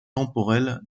temporel